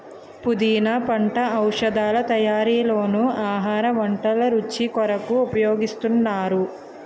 పుదీనా పంట ఔషధాల తయారీలోనూ ఆహార వంటల రుచి కొరకు ఉపయోగిస్తున్నారు